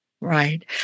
Right